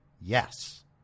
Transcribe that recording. Yes